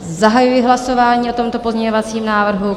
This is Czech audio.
Zahajuji hlasování o tomto pozměňovacím návrhu.